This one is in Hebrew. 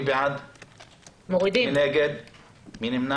אם זה ירד